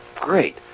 great